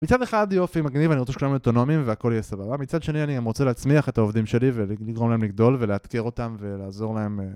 מצד אחד יופי, מגניב, אני רוצה שכולם יהיו אוטונומיים והכל יהיה סבבה מצד שני אני רוצה להצמיח את העובדים שלי ולגרום להם לגדול ולאתגר אותם ולעזור להם